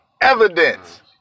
evidence